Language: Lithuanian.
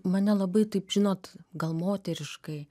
mane labai taip žinot gal moteriškai